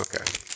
okay